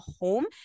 home